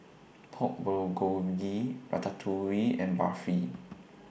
Pork Bulgogi Ratatouille and Barfi